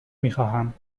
میخواهم